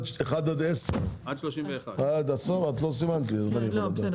הצבעה ההסתייגות לא התקבלה.